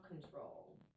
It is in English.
control